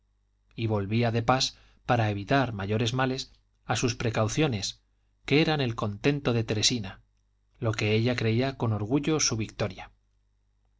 y volvía de pas para evitar mayores males a sus precauciones que eran el contento de teresina lo que ella creía con orgullo su victoria